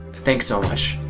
thanks so much.